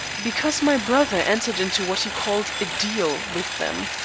because my brother entered into what he called a deal with them.